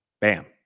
bam